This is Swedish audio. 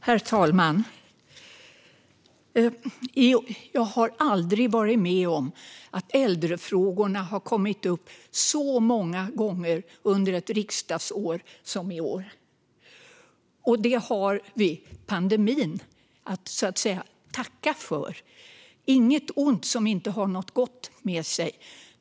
Herr talman! Jag har aldrig varit med om att äldrefrågorna kommit upp så många gånger under ett riksdagsår som i år. Det har vi pandemin att "tacka" för - inget ont som inte för något gott med sig.